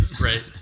right